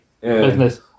business